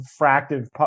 fractive